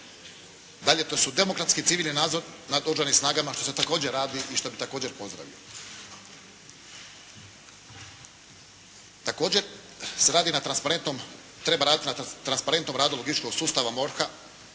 Dalje, to su demokratski i civilni nadzor nad oružanim snagama što se također radi i što bih također pozdravio. Također se radi na transparentnom, treba